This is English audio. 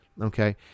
okay